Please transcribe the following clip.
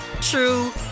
true